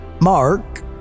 Mark